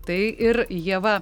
tai ir ieva